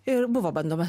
ir buvo bandoma